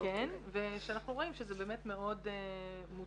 כן, ושאנחנו רואים שזה באמת מאוד מוטה.